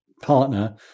partner